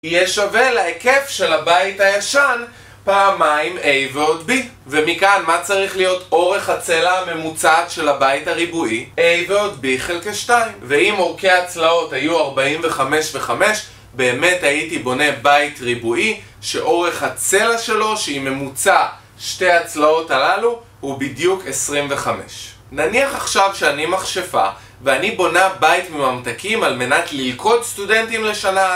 יהיה שווה להיקף של הבית הישן, פעמיים A ועוד B. ומכאן, מה צריך להיות אורך הצלע הממוצעת של הבית הריבועי? A ועוד B חלקי 2. ואם אורכי הצלעות היו 45 ו5, באמת הייתי בונה בית ריבועי, שאורך הצלע שלו, שהיא ממוצע שתי הצלעות הללו, הוא בדיוק 25. נניח עכשיו שאני מכשפה, ואני בונה בית מממתקים על מנת ללכוד סטודנטים לשנה,